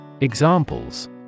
Examples